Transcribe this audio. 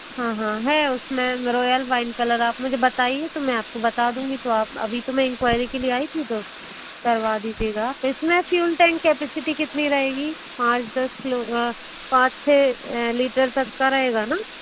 हाँ हाँ है उसमें रॉयल वाइन कलर आप मुझे बताइए तो मैं आपको बात दूँगी तो आप अभी तो मैं इन्क्वायरी के लिए आई थी तो करवा दीजिएगा आप इसमे फ्यूल टैंक कैपैसिटी कितनी रहेगी पाँच दस किलो पाँच छः लीटर तक का रहेगा न